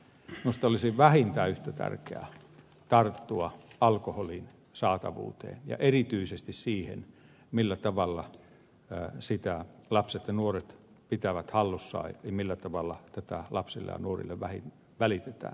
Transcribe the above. minusta olisi vähintään yhtä tärkeää tarttua alkoholin saatavuuteen ja erityisesti siihen millä tavalla sitä lapset ja nuoret pitävät hallussaan ja millä tavalla sitä lapsille ja nuorille välitetään